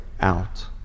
out